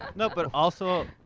you know but also